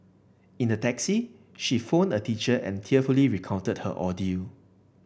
in the taxi she phoned a teacher and tearfully recounted her ordeal